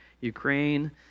Ukraine